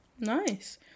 Nice